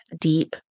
deep